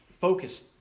focused